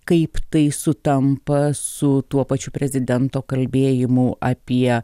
kaip tai sutampa su tuo pačiu prezidento kalbėjimu apie